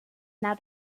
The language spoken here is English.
now